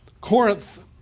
Corinth